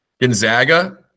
Gonzaga